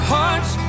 Hearts